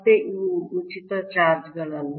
ಮತ್ತೆ ಇವು ಉಚಿತ ಚಾರ್ಜ್ ಗಳಲ್ಲ